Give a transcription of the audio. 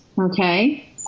Okay